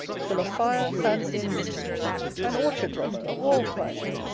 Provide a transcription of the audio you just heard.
full of fire, fancy, and mischief an orchard-robber, a wall-climber,